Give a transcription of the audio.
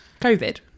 covid